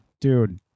dude